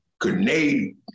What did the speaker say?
grenade